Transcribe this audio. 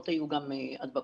היו גם פחות הדבקות.